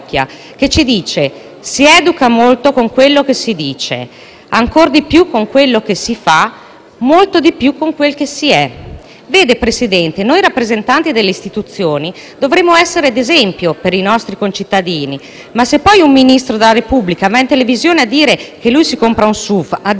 molto di più con quel che si è». Vede, Presidente, noi rappresentanti delle istituzioni dovremo essere di esempio per i nostri concittadini. Ma, se poi un Ministro della Repubblica va in televisione a dire che ha comprato un SUV a *diesel,* come potete pretendere che gli italiani vi credano quando parlate di tematiche ambientali e chiedete loro di fare sacrifici